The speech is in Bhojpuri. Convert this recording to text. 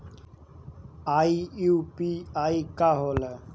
ई यू.पी.आई का होला?